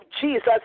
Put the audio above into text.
Jesus